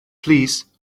plîs